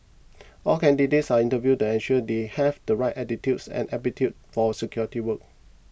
all candidates are interviewed then sure they have the right attitude and aptitude for security work